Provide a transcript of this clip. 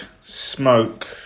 smoke